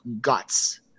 guts